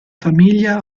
famiglia